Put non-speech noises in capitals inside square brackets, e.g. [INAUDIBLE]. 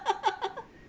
[LAUGHS]